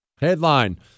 Headline